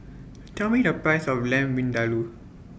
Tell Me The Price of Lamb Vindaloo